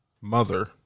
Mother